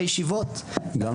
לישיבות --- אגב,